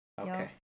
Okay